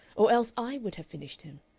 or else i would have finished him.